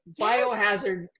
biohazard